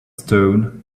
stone